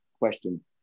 question